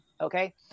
okay